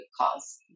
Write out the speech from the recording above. cause